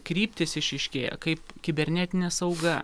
kryptys išryškėja kaip kibernetinė sauga